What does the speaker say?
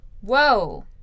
Whoa